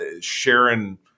Sharon